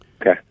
Okay